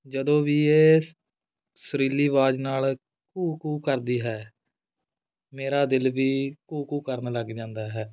ਜਦੋਂ ਵੀ ਇਹ ਸੁਰੀਲੀ ਆਵਾਜ਼ ਨਾਲ ਘੂੰ ਘੂੰ ਕਰਦੀ ਹੈ ਮੇਰਾ ਦਿਲ ਵੀ ਘੂੰ ਘੂੰ ਕਰਨ ਲੱਗ ਜਾਂਦਾ ਹੈ